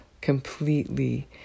completely